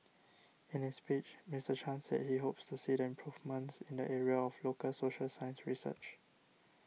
in his speech Mister Chan said he hopes to see the improvements in the area of local social science research